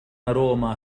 روما